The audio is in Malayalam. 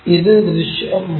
ഇത് ദൃശ്യമാണ്